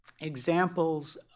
examples